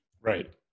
right